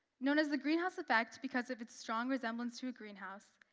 known as the greenhouse effect because of its strong resemblance to a greenhouse,